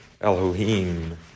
Elohim